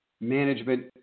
Management